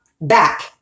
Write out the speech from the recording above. back